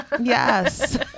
yes